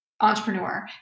entrepreneur